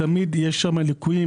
תמיד יש שם ליקויים,